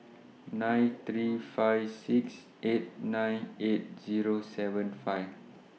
nine three five six eight nine eight Zero seven five